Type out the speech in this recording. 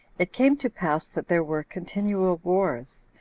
it came to pass that there were continual wars,